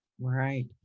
Right